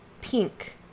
Pink